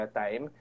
time